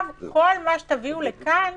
כל מה שתביאו לכאן